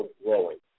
growing